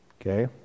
Okay